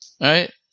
right